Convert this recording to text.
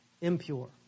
Impure